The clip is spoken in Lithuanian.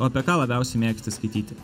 o apie ką labiausiai mėgsti skaityti